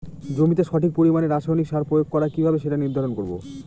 জমিতে সঠিক পরিমাণে রাসায়নিক সার প্রয়োগ করা কিভাবে সেটা নির্ধারণ করব?